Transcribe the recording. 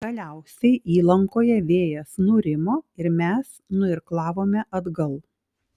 galiausiai įlankoje vėjas nurimo ir mes nuirklavome atgal